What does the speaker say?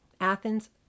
Athens